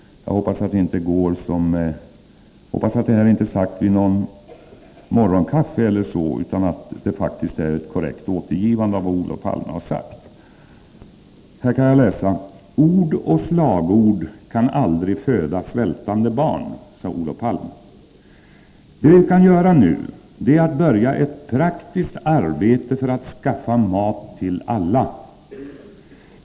Jag hoppas att detta inte är sagt vid något morgonkaffe, utan att det faktiskt är ett korrekt återgivande av vad Olof Palme sagt: ”Ord och slagord kan aldrig föda svältande barn. Det vi kan göra nu är att börja ett praktiskt arbete för att skaffa mat till alla.